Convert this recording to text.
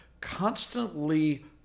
constantly